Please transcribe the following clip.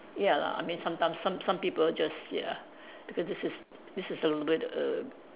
ya lah I mean sometimes some some people just ya because this is this is a lit~ err